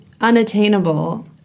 unattainable